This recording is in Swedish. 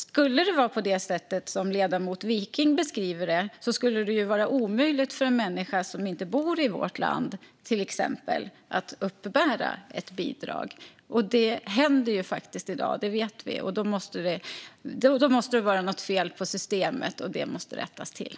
Skulle det vara på det sätt som ledamoten Wiking beskriver det skulle det ju till exempel vara omöjligt för en människa som inte bor i vårt land att uppbära ett bidrag. Detta händer dock faktiskt i dag; det vet vi. Då måste det vara något fel på systemet, och detta måste rättas till.